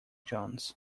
jones